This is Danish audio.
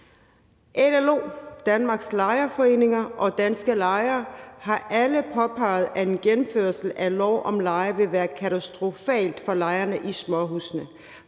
LLO, Danmarks Lejerforeninger og Danske Lejere har alle påpeget, at en gennemførelse af lov om leje vil være katastrofal for lejerne i småhusene,